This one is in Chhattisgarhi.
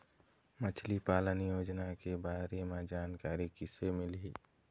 मछली पालन योजना के बारे म जानकारी किसे मिलही?